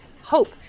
hope